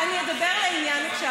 אני אדבר לעניין עכשיו.